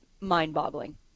mind-boggling